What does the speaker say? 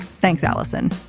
thanks allison.